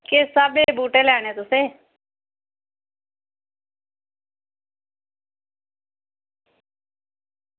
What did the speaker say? किस स्हाबै दे बूह्टे लैने तुसें